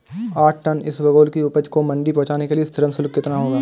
आठ टन इसबगोल की उपज को मंडी पहुंचाने के लिए श्रम शुल्क कितना होगा?